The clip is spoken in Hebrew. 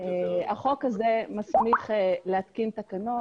החוק הזה מסמיך להתקין תקנות.